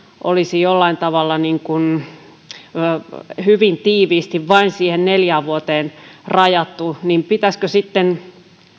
olisi jollain tavalla hyvin tiiviisti vain siihen neljään vuoteen rajattu niin pitäisikö sitten